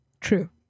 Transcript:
True